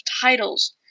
titles